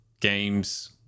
games